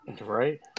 Right